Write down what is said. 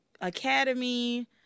academy